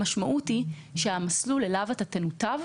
המשמעות היא שהמסלול שאליו אתה תנותב,